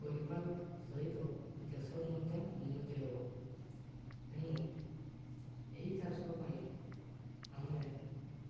ପରିବାର ସହିତ ଦେଶରୁ ମଧ୍ୟ ଉନ୍ନତି ହବ ଏଣୁ ଏହି ଚାଷ ପାଇଁ ଆମେ